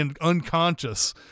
unconscious